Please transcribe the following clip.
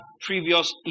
previous